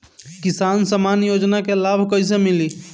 किसान सम्मान योजना के लाभ कैसे मिली?